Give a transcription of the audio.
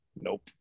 nope